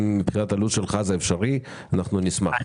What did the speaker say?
מבחינת לוח הזמנים שלך זה אפשרי אנחנו נשמח.